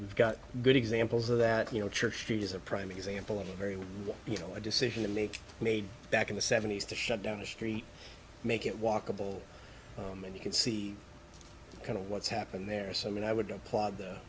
we've got good examples of that you know church street is a prime example of a very you know a decision to make made back in the seventies to shut down the street make it walkable and you could see kind of what's happened there so i mean i would appl